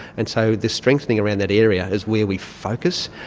and so this strengthening around that area is where we focus,